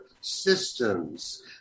systems